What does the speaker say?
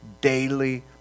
daily